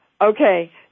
Okay